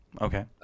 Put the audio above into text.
Okay